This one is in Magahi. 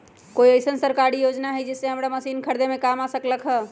कोइ अईसन सरकारी योजना हई जे हमरा मशीन खरीदे में काम आ सकलक ह?